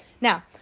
Now